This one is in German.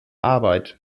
arbeit